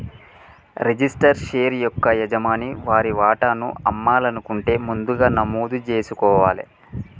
registered share యొక్క యజమాని వారి వాటాను అమ్మాలనుకుంటే ముందుగా నమోదు జేసుకోవాలే